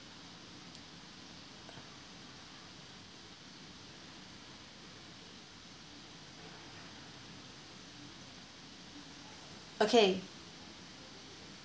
okay